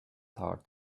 heart